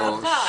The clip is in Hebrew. הרווחה,